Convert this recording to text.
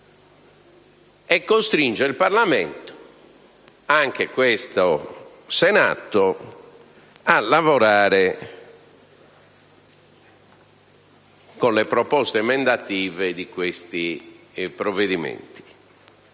costringe il Parlamento, quindi anche questo Senato, a lavorare con le proposte emendative su quei provvedimenti